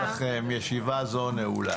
ישיבה זו נעולה.